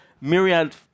myriad